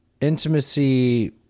intimacy